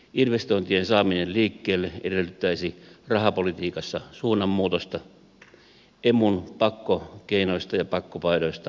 investointien saaminen liikkeelle edellyttäisi rahapolitiikassa suunnanmuutosta emun pakkokeinoista ja pakkopaidoista irtautumista